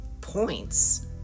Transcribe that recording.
points